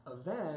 event